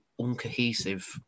uncohesive